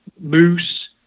moose